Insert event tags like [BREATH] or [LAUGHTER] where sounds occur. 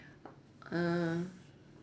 [BREATH] err